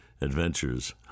Adventures